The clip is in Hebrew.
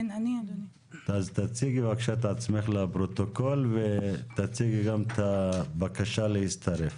אז תציגי בבקשה את עצמך לפרוטוקול ותציגי גם את הבקשה להצטרף.